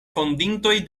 fondintoj